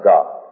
God